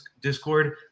Discord